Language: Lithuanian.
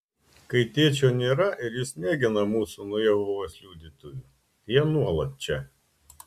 kai tėčio nėra ir jis negina mūsų nuo jehovos liudytojų jie nuolat čia